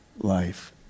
life